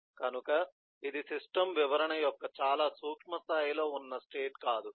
కనుక ఇది సిస్టమ్ వివరణ యొక్క చాలా సూక్ష్మ స్థాయిలో ఉన్న స్టేట్ కాదు